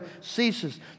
ceases